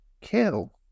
kill